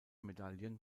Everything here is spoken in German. medaillen